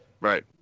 Right